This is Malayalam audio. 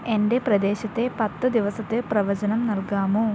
എൻ്റെ പ്രദേശത്തെ പത്ത് ദിവസത്തെ പ്രവചനം നൽകാമോ